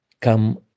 come